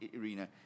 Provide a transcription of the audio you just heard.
arena